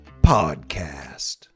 podcast